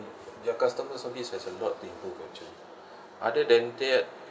their customer service has a lot to improve actually other than that